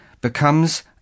becomes